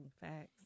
Facts